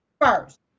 first